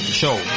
show